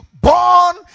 born